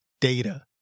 Data